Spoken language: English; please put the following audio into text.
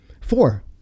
four